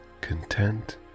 content